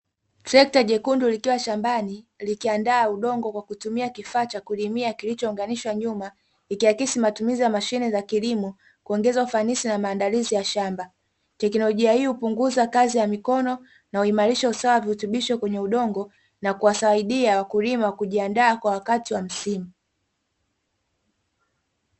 Trekta jekundu likiwa shambani, likiandaa udongo kwa kutumia kifaa cha kulimia kilichounganishwa nyuma, ikiakisi matumizi ya mashine za kilimo kuongeza ufanisi na maandalizi ya shamba. Teknolojia hii hupunguza kazi ya mikono na huimarisha usawa wa virutubisho kwenye udongo na kuwasaidia wakulima kujiandaa kwa wakati wa msimu.